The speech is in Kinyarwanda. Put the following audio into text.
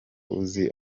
uzi